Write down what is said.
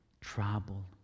troubled